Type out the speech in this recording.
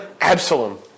Absalom